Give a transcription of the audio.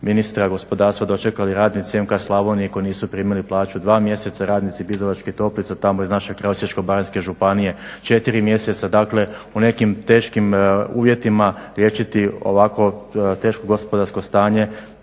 ministra gospodarstva dočekali radnici MK Slavonije koji nisu primili plaću 2 mjeseca, radnici Bizovačkih toplica tamo iz našeg kraja Osječko-baranjske županije 4 mjeseca. Dakle, u nekim teškim uvjetima liječiti ovako teško gospodarsko stanje